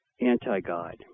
anti-God